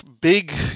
big